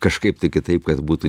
kažkaip tai kitaip kad būtų